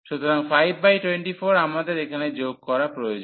সুতরাং 524 আমাদের এখানে যোগ করা প্রয়োজন